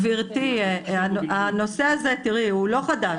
גברתי, הנושא הזה הוא לא חדש.